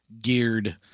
geared